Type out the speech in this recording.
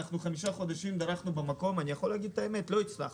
חמישה חודשים דרכנו במקום, והאמת היא שלא הצלחנו.